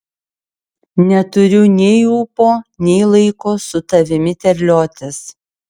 neturiu nei ūpo nei laiko su tavimi terliotis